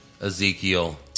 Ezekiel